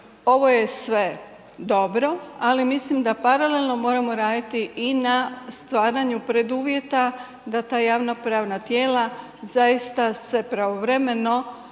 ovo je sve dobro ali mislim da paralelno moramo raditi i na stvaranju preduvjeta da ta javno pravna tijela zaista se pravovremeno